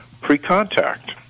pre-contact